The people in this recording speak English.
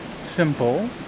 simple